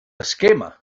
esquema